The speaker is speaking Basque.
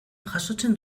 jasotzen